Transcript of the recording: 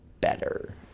better